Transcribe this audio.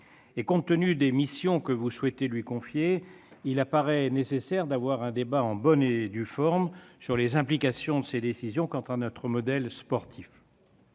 Compte tenu des missions que vous souhaitez lui confier, madame la ministre, il apparaît nécessaire d'avoir un débat en bonne et due forme sur les implications de ces décisions pour notre modèle sportif.